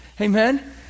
Amen